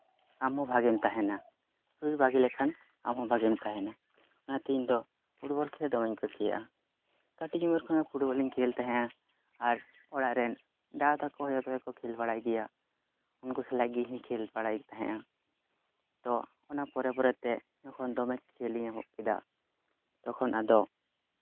ᱟᱢᱦᱚᱸ ᱵᱷᱟᱜᱮᱢ ᱛᱟᱦᱮᱱᱟ ᱥᱚᱨᱤᱨ ᱵᱷᱟᱜᱮ ᱞᱮᱠᱷᱟᱱ ᱟᱢᱦᱚᱸ ᱵᱷᱟᱜᱮᱢ ᱛᱟᱦᱮᱱᱟ ᱚᱱᱟᱛᱮ ᱚᱱᱟᱛᱮ ᱤᱧ ᱫᱚ ᱯᱷᱩᱴᱵᱚᱞ ᱠᱷᱮᱞ ᱫᱚᱢᱮᱧ ᱠᱩᱥᱤᱭᱟᱜᱼᱟ ᱠᱟᱹᱴᱤᱡ ᱩᱢᱮᱨ ᱠᱷᱚᱱᱟᱜ ᱯᱷᱩᱴᱵᱚᱞ ᱤᱧ ᱠᱷᱮᱞ ᱛᱟᱦᱮᱸᱜᱼᱟ ᱟᱨ ᱚᱲᱟᱜ ᱨᱮᱱ ᱫᱟᱫᱟ ᱛᱟᱠᱚ ᱡᱷᱚᱛᱚ ᱠᱚ ᱠᱷᱮᱞ ᱵᱟᱲᱟᱭ ᱜᱮᱭᱟ ᱩᱱᱠᱩ ᱥᱟᱞᱟᱜ ᱜᱮ ᱤᱧ ᱦᱚᱸᱧ ᱠᱷᱮᱞ ᱵᱟᱲᱟᱭ ᱛᱟᱦᱮᱸᱜᱼᱟ ᱛᱚ ᱚᱱᱟ ᱯᱚᱨᱮ ᱯᱚᱨᱮᱛᱮ ᱡᱚᱠᱷᱚᱱ ᱫᱚᱢᱮ ᱠᱷᱮᱞ ᱤᱧ ᱮᱦᱚᱵ ᱠᱮᱫᱟ ᱛᱚᱠᱷᱚᱱ ᱟᱫᱚ